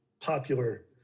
popular